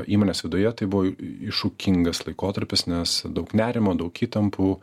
įmonės viduje tai buvo iššūkingas laikotarpis nes daug nerimo daug įtampų